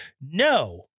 No